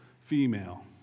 female